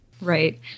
Right